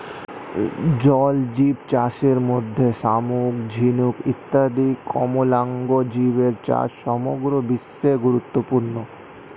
জলজীবচাষের মধ্যে শামুক, ঝিনুক ইত্যাদি কোমলাঙ্গ জীবের চাষ সমগ্র বিশ্বে গুরুত্বপূর্ণ